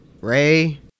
Ray